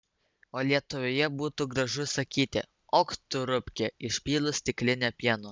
o lietuvoje būtų gražu sakyti och tu rupke išpylus stiklinę pieno